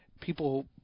people